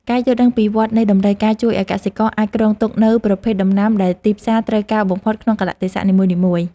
ការយល់ដឹងពីវដ្តនៃតម្រូវការជួយឱ្យកសិករអាចគ្រោងទុកនូវប្រភេទដំណាំដែលទីផ្សារត្រូវការបំផុតក្នុងកាលៈទេសៈនីមួយៗ។